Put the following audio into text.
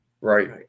right